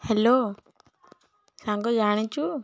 hello ସାଙ୍ଗ ଜାଣିଛୁ